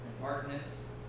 darkness